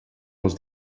als